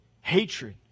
hatred